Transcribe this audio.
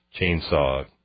chainsaw